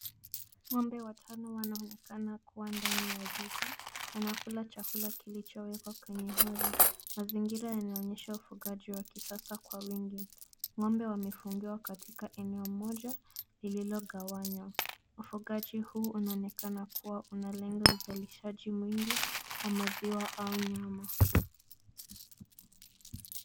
Ng'ombe watano wanaonekana kuwa ndani ya zizi, wanakula chakula kilichowekwa kwenye hori. Mazingira yanaonyesha ufugaji wa kisasa kwa wingi. Ng'ombe wamefungiwa katika eneo moja lililogawanya. Ufugaji huu unaonekana kuwa unalenga uzalishaji mwingi wa maziwa au nyama.